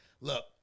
look